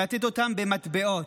במטבעות.